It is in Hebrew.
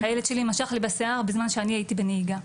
הילד שלי משך לי בשיער בזמן שאני הייתי בנהיגה,